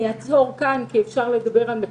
אעצור כאן, כי אפשר לדבר עוד הרבה.